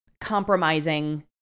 compromising